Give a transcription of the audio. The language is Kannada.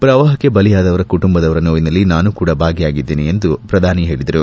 ಪ್ರವಾಹಕ್ಕೆ ಬಲಿಯಾದವರ ಕುಟುಂಬದವರ ನೋವಿನಲ್ಲಿ ನಾನು ಭಾಗಿಯಾಗಿದ್ದೇನೆ ಎಂದು ಪ್ರಧಾನಿ ಹೇಳಿದರು